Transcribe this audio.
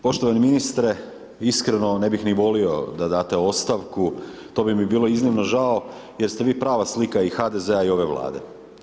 Poštovani ministre, iskreno ne bih ni volio da date ostavku, to bi mi bilo iznimno žao, jer ste vi prava slika i HDZ-a i ove Vlade.